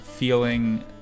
feeling